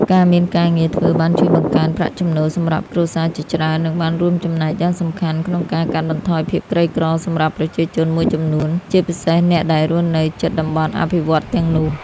ការមានការងារធ្វើបានជួយបង្កើនប្រាក់ចំណូលសម្រាប់គ្រួសារជាច្រើន និងបានរួមចំណែកយ៉ាងសំខាន់ក្នុងការកាត់បន្ថយភាពក្រីក្រសម្រាប់ប្រជាជនមួយចំនួន ជាពិសេសអ្នកដែលរស់នៅជិតតំបន់អភិវឌ្ឍន៍ទាំងនោះ។